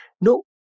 No